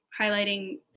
highlighting